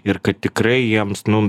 ir kad tikrai jiems nu